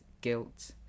guilt